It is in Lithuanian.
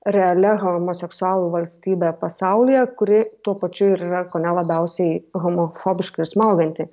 realia homoseksualų valstybe pasaulyje kuri tuo pačiu ir yra kone labiausiai homofobiška ir smaugianti